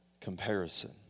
comparison